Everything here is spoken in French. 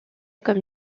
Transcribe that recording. comme